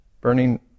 burning